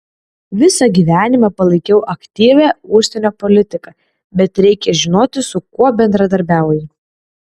visą gyvenimą palaikiau aktyvią užsienio politiką bet reikia žinoti su kuo bendradarbiauji